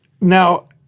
Now